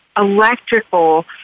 electrical